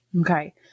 Okay